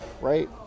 right